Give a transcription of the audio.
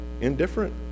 indifferent